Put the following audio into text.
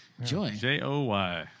Joy